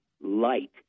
light